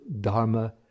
dharma